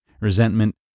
resentment